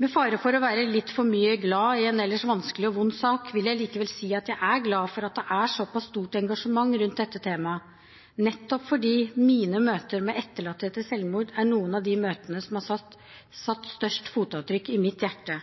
Med fare for å være litt for glad i en ellers vanskelig og vond sak vil jeg likevel si at jeg er glad for at det er såpass stort engasjement rundt dette temaet, nettopp fordi mine møter med etterlatte etter selvmord er noen av de møtene som har satt størst avtrykk i mitt hjerte.